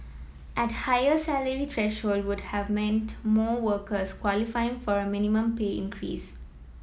at higher salary threshold would have meant more workers qualifying for a minimum pay increase